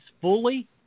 fully